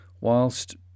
Whilst